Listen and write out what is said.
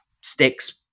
sticks